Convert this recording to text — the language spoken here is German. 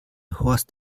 horst